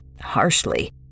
harshly